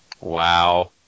Wow